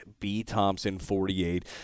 bthompson48